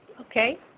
Okay